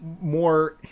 more